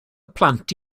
plant